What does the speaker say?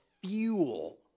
fuel